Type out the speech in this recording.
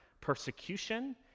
persecution